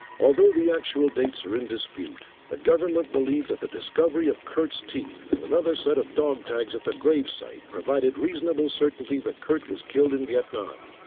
although the actual dates are in dispute, the government believed that the discovery of curt's teeth and another set of dog tags at the grave site provided reasonable certainty that curt was killed in vietnam.